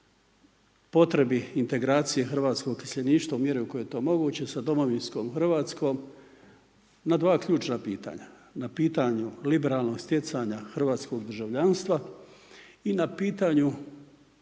potrebi integracije hrvatskog iseljeništva u mjeri u kojoj je to moguće sa domovinskom Hrvatskom na dva ključna pitanja. Na pitanju liberalnog stjecanja hrvatskog državljanstva i na pitanju